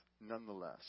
nonetheless